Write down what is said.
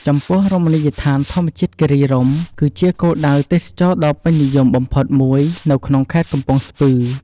ចំពោះរមណីយដ្ឋានធម្មជាតិគិរីរម្យ គឺជាគោលដៅទេសចរណ៍ដ៏ពេញនិយមបំផុតមួយនៅក្នុងខេត្តកំពង់ស្ពឺ។